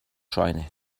scheune